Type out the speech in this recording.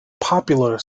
popular